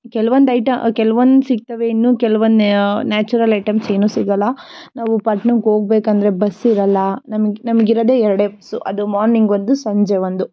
ಕೆಲ್ವೊಂದು ಐಟ ಕೆಲ್ವೊಂದು ಸಿಗ್ತವೆ ಇನ್ನೂ ಕೆಲ್ವೊಂದು ನ್ಯಾಚುರಲ್ ಐಟಮ್ಸ್ ಏನೂ ಸಿಗೋಲ್ಲ ನಾವು ಪಟ್ಟಣಕ್ ಹೋಗ್ಬೇಕಂದ್ರೆ ಬಸ್ಸಿರೋಲ್ಲ ನಮಗ್ ನಮಗಿರೋದೆ ಎರಡೇ ಬಸ್ಸು ಅದು ಮಾರ್ನಿಂಗ್ ಒಂದು ಸಂಜೆ ಒಂದು